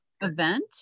event